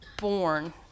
born